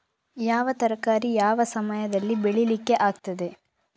ಯಾವ ತರಕಾರಿ ಯಾವ ಸಮಯದಲ್ಲಿ ಬೆಳಿಲಿಕ್ಕೆ ಆಗ್ತದೆ?